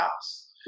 house